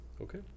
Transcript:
Okay